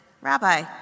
Rabbi